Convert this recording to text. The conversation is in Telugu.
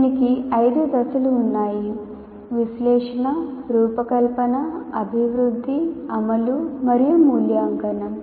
దీనికి ఐదు దశలు ఉన్నాయి విశ్లేషణ రూపకల్పన అభివృద్ధి అమలు మరియు మూల్యాంకనం